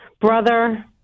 brother